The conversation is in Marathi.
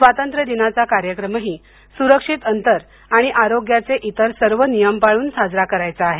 स्वातंत्र्य दिनाचा कार्यक्रमही सुरक्षित अंतर आणि आरोग्याचे इतर सर्व नियम पाळून साजरा करायचा आहे